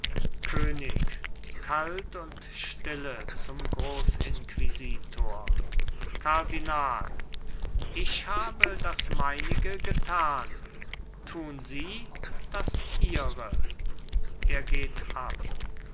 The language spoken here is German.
könig kalt und still zum großinquisitor kardinal ich habe das meinige getan tun sie das ihre er geht ab